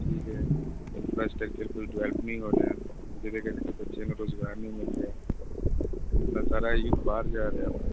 ਠੀਕ ਹੈ ਇੰਫਰਾਸਟਰਕਚਰ ਕੋਈ ਡਿਵੈਲਪ ਨਹੀਂ ਹੋ ਰਿਹਾ ਜਿਹਦੇ ਕਰਕੇ ਬੱਚੇ ਨੂੰ ਕੋਈ ਰੁਜ਼ਗਾਰ ਨਹੀਂ ਮਿਲ ਰਿਹਾ ਆਪਣਾ ਸਾਰਾ ਯੂਥ ਬਾਹਰ ਜਾ ਰਿਹਾ ਵਾ